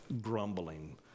grumbling